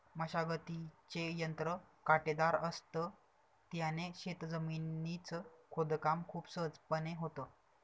मशागतीचे यंत्र काटेदार असत, त्याने शेत जमिनीच खोदकाम खूप सहजपणे होतं